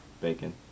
bacon